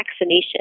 vaccination